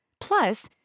Plus